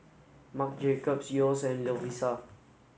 Marc Jacobs Yeo's and Lovisa